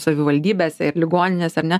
savivaldybėse ir ligoninės ar ne